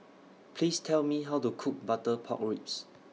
Please Tell Me How to Cook Butter Pork Ribs